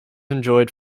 enjoyed